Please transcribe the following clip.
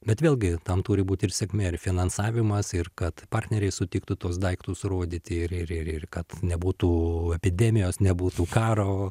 bet vėlgi tam turi būti ir sėkmė ir finansavimas ir kad partneriai sutiktų tuos daiktus rodyti ir ir ir kad nebūtų epidemijos nebūtų karo